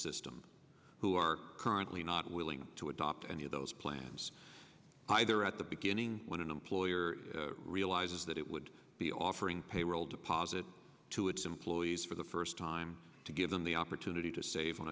system who are currently not willing to adopt any of those plans either at the beginning when an employer realizes that it would be offering payroll deposit to its employees for the first time to give them the opportunity to save on